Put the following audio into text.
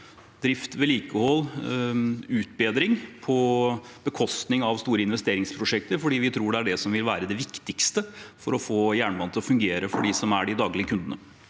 drift, vedlikehold og utbedring på bekostning av store investeringsprosjekter fordi vi tror det er det som vil være det viktigste for å få jernbanen til å fungere for dem som er de daglige kundene.